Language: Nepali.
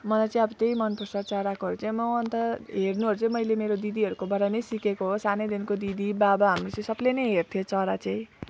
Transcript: मलाई चाहिँ अब त्यही मन पर्छ चराकोहरू चाहिँ म अनि त हेर्नुहरू चाहिँ मैले मेरो दिदीहरूकोबाट नै सिकेको हो सानैदेखिन्को दिदी बाबा हाम्रो चाहिँ सबले नै हेर्थ्यो चरा चाहिँ